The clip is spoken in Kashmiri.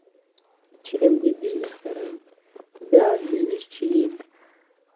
چھِ اَمکُے بِزنٮ۪س کران بیاکھ بِجلی چھِ ییٚتہِ